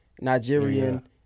Nigerian